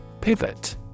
Pivot